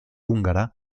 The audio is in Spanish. húngara